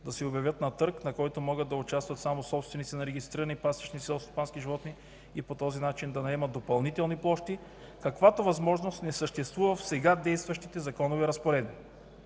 да се обявят на търг, на който могат да участват само собственици на регистрирани пасища и селскостопански животни и по този начин да наемат допълнителни площи, каквато възможност не съществува в сега действащите законови разпоредби.